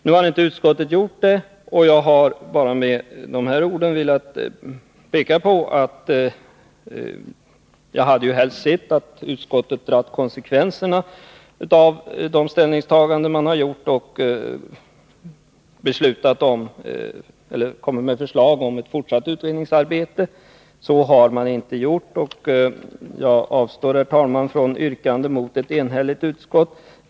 Nu har utskottet inte gjort det, och jag har med dessa ord bara velat peka på att jag helst hade sett att utskottet dragit konsekvenserna av de ställningstaganden man har gjort och kommit med förslag om ett fortsatt utredningsarbete. Det har man inte gjort, och jag avstår, herr talman, från yrkande mot ett enhälligt utskott.